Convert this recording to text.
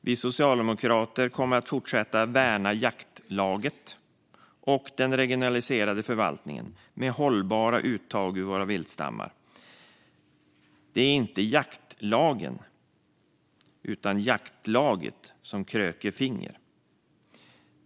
Vi socialdemokrater kommer att fortsätta värna jaktlaget och den regionaliserade förvaltningen med hållbara uttag ur våra viltstammar. Det är inte jaktlagen utan jaktlaget som kröker finger.